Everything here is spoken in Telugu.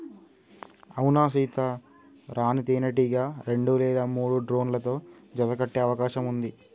అవునా సీత, రాణీ తేనెటీగ రెండు లేదా మూడు డ్రోన్లతో జత కట్టె అవకాశం ఉంది